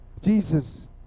Jesus